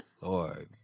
Lord